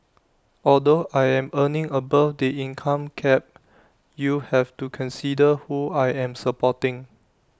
although I am earning above the income cap you have to consider who I am supporting